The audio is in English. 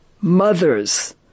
mothers